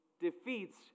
defeats